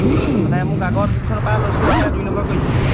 মানে আগৰ যোনখনৰ পৰা লৈছো তাত মানে দুই নম্বৰ কৰিছে